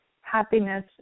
happiness